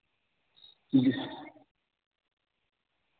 جی سر